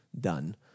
done